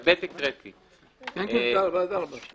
(4)